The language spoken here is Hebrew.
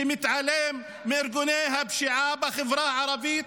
שמתעלם מארגוני הפשיעה בחברה הערבית.